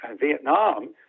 Vietnam